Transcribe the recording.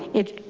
it.